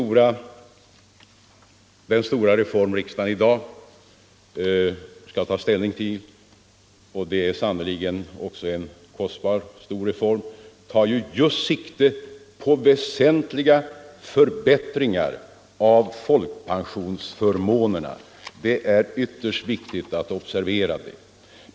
Den stora reform riksdagen i dag skall ta ställning till — och det är sannerligen också en kostbar reform — tar just sikte på väsentliga förbättringar av folkpensionsförmånerna. Det är ytterst viktigt att observera detta.